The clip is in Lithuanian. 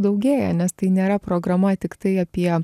daugėja nes tai nėra programa tiktai apie